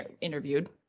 interviewed